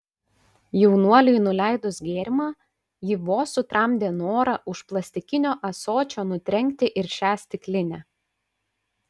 jaunuoliui nuleidus gėrimą ji vos sutramdė norą už plastikinio ąsočio nutrenkti ir šią stiklinę